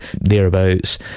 thereabouts